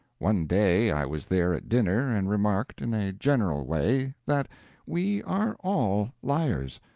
one day i was there at dinner, and remarked, in a general way, that we are all liars.